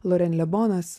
loren lebonas